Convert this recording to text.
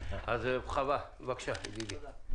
הפיגור הוא